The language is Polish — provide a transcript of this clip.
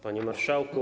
Panie Marszałku!